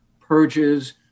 purges